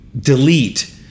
delete